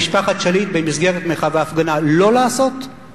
שהיית אומרת למשפחת שליט במסגרת מחאה והפגנה שלא לעשות,